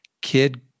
kid